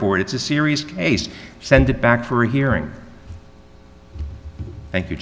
for it it's a serious case send it back for a hearing thank you